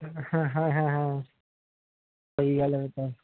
ਹਾਂ ਹਾਂ ਹਾਂ ਸਹੀ ਗੱਲ ਹੈ ਇਹ ਤਾਂ